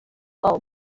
all